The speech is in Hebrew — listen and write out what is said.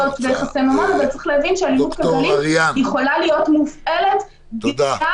אם יש לך הסבר לדברים לפחות תתני לנו אותו ואולי